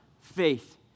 faith